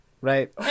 Right